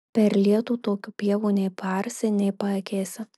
per lietų tokių pievų nei paarsi nei paakėsi